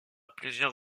plusieurs